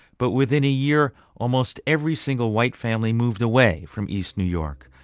but within a year, almost every single white family moved away from east new york.